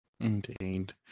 Indeed